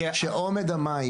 שאומד המים,